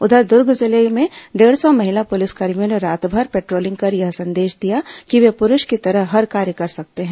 उधर दूर्ग जिले में डेढ़ सौ महिला पुलिसकर्मियों ने रातभर पेट्रोलिंग कर यह संदेश दिया कि वे पुरूषों की तरह हर कार्य कर सकती हैं